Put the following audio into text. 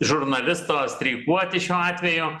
žurnalisto streikuoti šiuo atveju